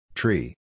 Tree